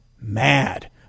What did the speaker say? mad